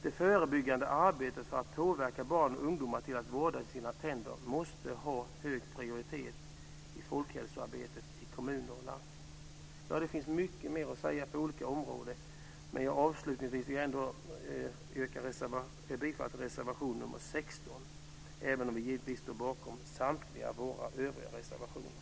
Det förebyggande arbetet med att påverka barn och ungdomar till att vårda sina tänder måste ha hög prioritet i folkhälsoarbetet i kommuner och landsting. Det finns mycket mer att säga på olika områden, men jag avslutar ändå med att yrka bifall till reservation 16. Vi står givetvis bakom samtliga våra reservationer.